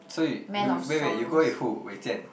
so you you wait wait you go with who Wei-Jian